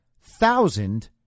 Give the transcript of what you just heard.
thousand